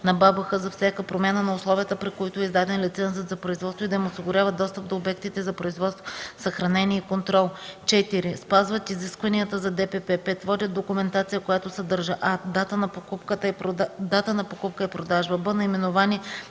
на БАБХ за всяка промяна на условията, при които е издаден лицензът за производство и да им осигуряват достъп до обектите за производство, съхранение и контрол; 4. спазват изискванията за ДПП; 5. водят документация, която съдържа: а) дата на покупка и продажба;